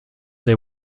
they